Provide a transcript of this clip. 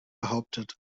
behauptet